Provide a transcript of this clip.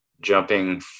jumping